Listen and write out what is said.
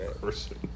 person